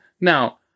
Now